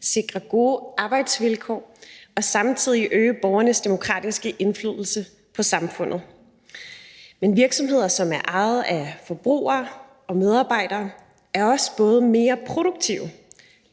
sikre gode arbejdsvilkår og samtidig øge borgernes demokratiske indflydelse på samfundet. Men virksomheder, som er ejet af forbrugere og medarbejdere, er også både mere produktive,